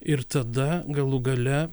ir tada galų gale